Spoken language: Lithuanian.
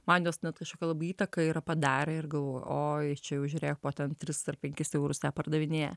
man jos net kažkokią labai įtaką yra padarę ir galvoju oi čia jau žiūrėk po ten tris ar penkis eurus ją pardavinėja